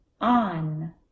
on